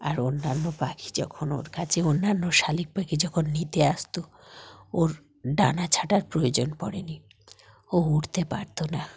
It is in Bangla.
আর অন্যান্য পাখি যখন ওর কাছে অন্যান্য শালিক পাখি যখন নিতে আসত ওর ডানা ছাটার প্রয়োজন পড়েনি ও উঠতে পারত না